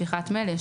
שליחת מייל,